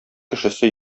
кешесе